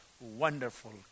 Wonderful